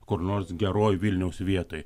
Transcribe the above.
kur nors geroj vilniaus vietoj